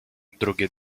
drugie